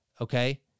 okay